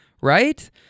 right